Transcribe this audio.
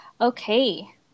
Okay